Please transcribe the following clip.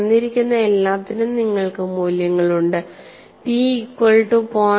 തന്നിരിക്കുന്ന എല്ലാത്തിനും നിങ്ങൾക്ക് മൂല്യങ്ങളുണ്ട് pഈക്വൽ റ്റു 0